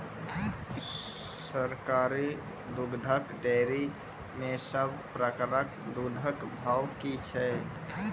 सरकारी दुग्धक डेयरी मे सब प्रकारक दूधक भाव की छै?